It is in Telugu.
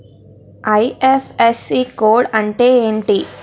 ఐ.ఫ్.ఎస్.సి కోడ్ అంటే ఏంటి?